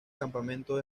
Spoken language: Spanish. campamento